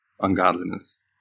ungodliness